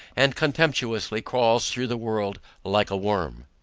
and contemptibly crawls through the world like a worm.